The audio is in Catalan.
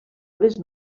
obres